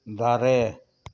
ᱫᱟᱨᱮ